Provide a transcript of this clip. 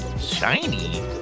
shiny